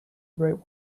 right